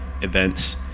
events